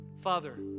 Father